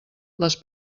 les